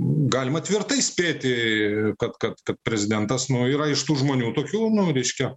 galima tvirtai spėti kad kad kad prezidentas nu yra iš tų žmonių tokių nu reiškia